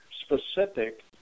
specific